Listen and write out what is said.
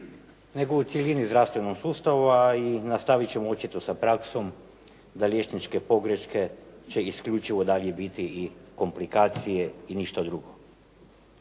nego u cjelini o zdravstvenom sustavu, a nastaviti ćemo očito sa praksom da liječničke pogreške će isključivo dalje biti i komplikacije i ništa drugo.